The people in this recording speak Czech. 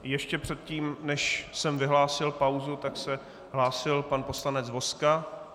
Ještě předtím, než jsem vyhlásil pauzu, se hlásil pan poslanec Vozka.